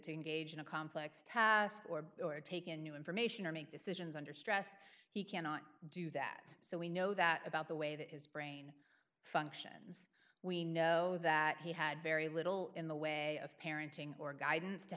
engage in a complex task or or take in new information or make decisions under stress he cannot do that so we know that about the way that his brain functions we know that he had very little in the way of parenting or guidance to